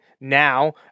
now